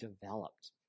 developed